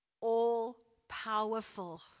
all-powerful